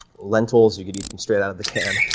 lentils, you could eat them straight out of the can.